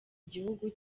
gihugu